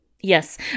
Yes